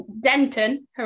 denton